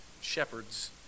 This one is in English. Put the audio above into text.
shepherds